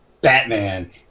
Batman